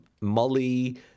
Molly